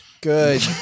good